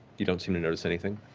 you don't seem to notice anything.